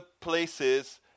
places